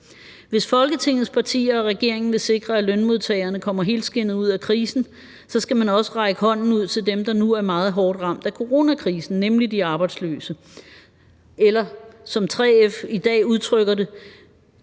Hvis Folketingets partier og regeringen vil sikre, at lønmodtagerne kommer helskindet ud af krisen, skal man også række hånden ud til dem, der nu er meget hårdt ramt af coronakrisen, nemlig de arbejdsløse – eller som 3F i dag udtrykker det: